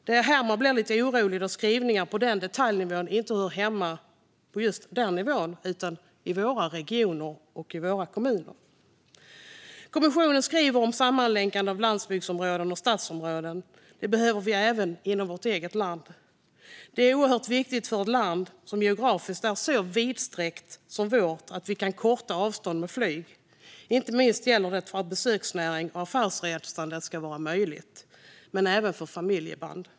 Det är här man blir lite orolig, då skrivningar på den detaljnivån inte hör hemma på EU-nivån utan i våra regioner och kommuner. Kommissionen skriver om sammanlänkande av landsbygdsområden och stadsområden. Det behöver vi även inom vårt eget land. Det är oerhört viktigt för ett land som geografiskt är så vidsträckt som vårt att vi kan korta restider med flyg, inte minst för att ge möjligheter för besöksnäring och affärsresande, men även för familjeband.